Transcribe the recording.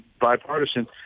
bipartisan